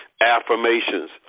affirmations